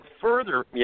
Further